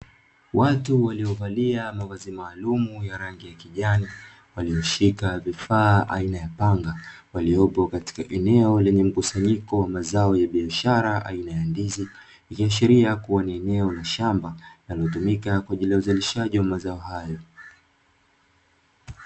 Watu waliovalia mavazi maalumu ya rangi ya kijani, walioshika vifaa aina ya panga, waliopo katika eneo lenye mkusanyiko wa mazao ya biashara aina ya ndizi, ikiashiria kuwa ni eneo la shamba linalotumika kwa ajili ya uzalishaji wa mazao hayo.